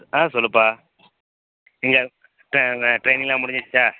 ஆ சொல்லுப்பா எங்கள் ட்ரெ ட்ரெய்னிங்கெலாம் முடிஞ்சுடுச்சா